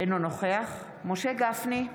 אינו נוכח משה גפני,